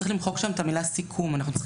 צריך